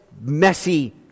messy